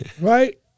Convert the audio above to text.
right